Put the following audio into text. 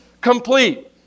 complete